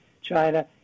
China